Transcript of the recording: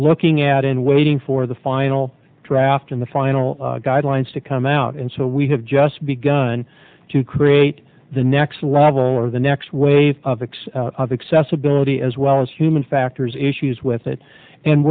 looking at and waiting for the final draft in the final guidelines to come out and so we have just begun to create the next level of the next wave of acts of accessibility as well as human factors issues with it and